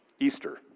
Easter